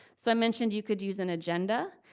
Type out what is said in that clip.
so i mentioned you could use an agenda,